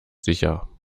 sicher